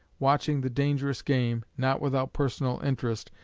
watching the dangerous game, not without personal interest,